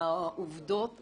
שהעובדות